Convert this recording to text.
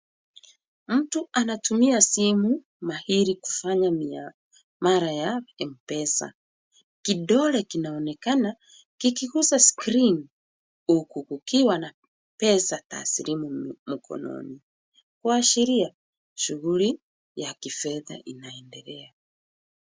Mtu anatumia simu, mahiri kufanya miamala ya M-Pesa. Kidole kinaonekana kikigusa skrini huku kukiwa na pesa taasilimu mkononi kuashiria, shughuli ya kifedha inaendelea.